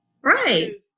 Right